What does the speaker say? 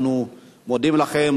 אנחנו מודים לכם,